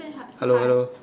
hello hello